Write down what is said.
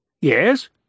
Yes